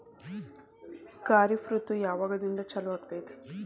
ಖಾರಿಫ್ ಋತು ಯಾವಾಗಿಂದ ಚಾಲು ಆಗ್ತೈತಿ?